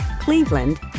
Cleveland